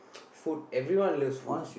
food everyone loves food